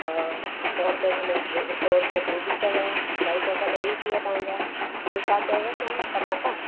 और सौ रुपए किलो गो सौ रुपए गोभी अथव अढाई सौ रुपिया त हे ई थी विया तव्हांजा ॿियो छा चयव तव्हां टमाटा